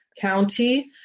County